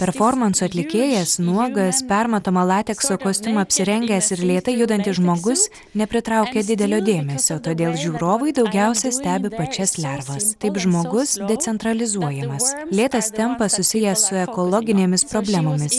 performansų atlikėjas nuogas permatomą latekso kostiumą apsirengęs ir lėtai judantis žmogus nepritraukė didelio dėmesio todėl žiūrovai daugiausiai stebi pačias lervas taip žmogus decentralizuojamas lėtas tempas susijęs su ekologinėmis problemomis